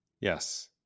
Yes